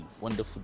wonderful